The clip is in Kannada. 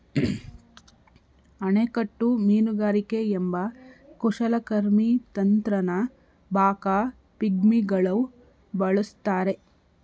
ಅಣೆಕಟ್ಟು ಮೀನುಗಾರಿಕೆ ಎಂಬ ಕುಶಲಕರ್ಮಿ ತಂತ್ರನ ಬಾಕಾ ಪಿಗ್ಮಿಗಳು ಬಳಸ್ತಾರೆ